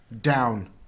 down